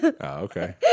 okay